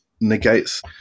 negates